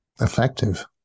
effective